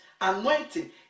anointing